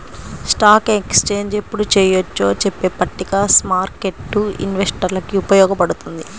stock exchange ఎప్పుడు చెయ్యొచ్చో చెప్పే పట్టిక స్మార్కెట్టు ఇన్వెస్టర్లకి ఉపయోగపడుతుంది